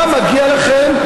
מה מגיע לכם,